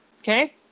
okay